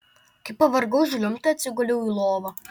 kai pavargau žliumbti atsiguliau į lovą